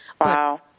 Wow